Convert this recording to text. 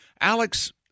Alex